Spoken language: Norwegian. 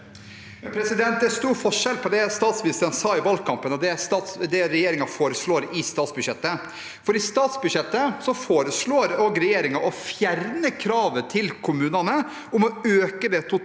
Det er stor for- skjell på det statsministeren sa i valgkampen, og det regjeringen foreslår i statsbudsjettet. I statsbudsjettet foreslår regjeringen å fjerne kravet til kommunene om å øke det totale